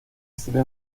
exilió